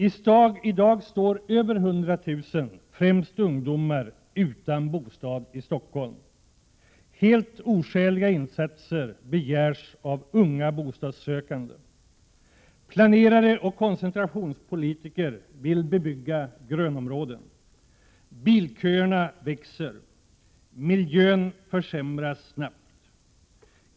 I dag står över hundratusen personer — främst ungdomar — utan bostad i Stockholm. Helt oskäliga insatsbelopp begärs av unga bostadssökande. Planerare och koncentrationspolitiker vill bebygga grönområden. Bilköerna växer. Miljön försämras snabbt.